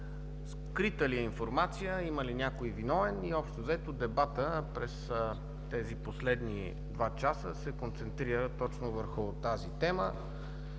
скрита ли е информация и има ли някой виновен? Общо взето дебатът през последните два часа се концентрира точно върху тази тема.